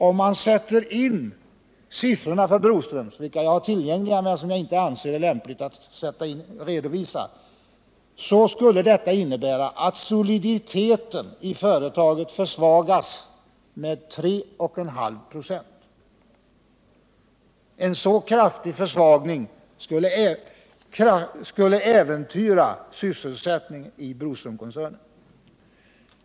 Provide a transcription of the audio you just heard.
Om man sätter in siffrorna för Broströms, som jag har tillgängliga men inte anser det lämpligt att redovisa, finner man att soliditeten i företaget, enligt samma beräkningssätt, försvagas med 3,5 26. En så kraftig försvagning skulle äventyra sysselsättningen i Broströmskoncernen.